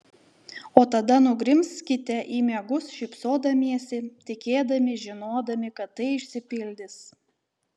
o tada nugrimzkite į miegus šypsodamiesi tikėdami žinodami kad tai išsipildys